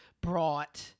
brought